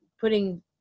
putting